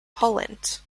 poland